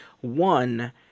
one